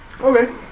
Okay